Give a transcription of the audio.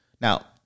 Now